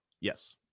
Yes